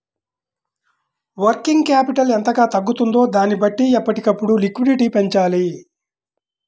working capital ఎంతగా తగ్గుతుందో దానిని బట్టి ఎప్పటికప్పుడు లిక్విడిటీ పెంచాలి